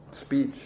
speech